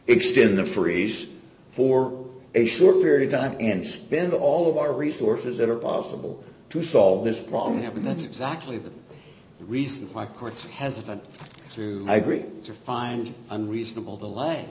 extend the freeze for a short period of time and then all of our resources that are possible to solve this problem happen that's exactly the reason why courts has been to agree to find unreasonable the line